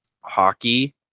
Hockey